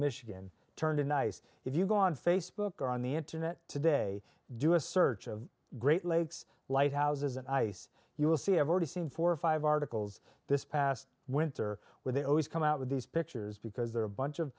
michigan turned a nice if you go on facebook or on the internet today do a search of great lakes lighthouses and ice you will see have already seen four or five articles this past winter where they always come out with these pictures because there are a bunch of